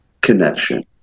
connection